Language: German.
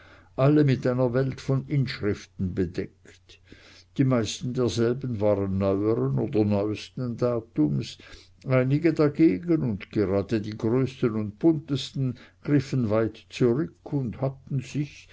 alle mit einer welt von inschriften bedeckt die meisten derselben waren neueren und neusten datums einige dagegen und gerade die größten und buntesten griffen weit zurück und hatten sich